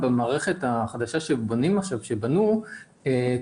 במערכת החדשה שבונים עכשיו אפשרות